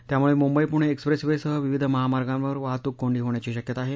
त्यामुळे Mumbai Pune express way सह विविध महामार्गांवर वाहतुक कोंडी होण्याची शक्यता आहे